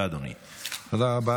תודה, אדוני.